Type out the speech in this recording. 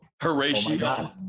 Horatio